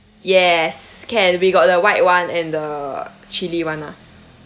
yes can we got the white [one] and the chili [one] lah